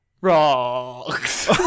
Rocks